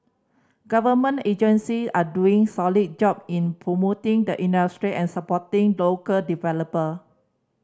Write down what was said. government agency are doing solid job in promoting the industry and supporting local developer